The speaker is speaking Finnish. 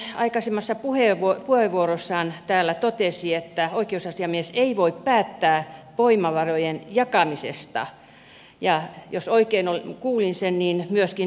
oikeusasiamies aikaisemmassa puheenvuorossaan täällä totesi että oikeusasiamies ei voi päättää voimavarojen jakamisesta ja jos oikein kuulin sen niin myöskin